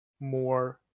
more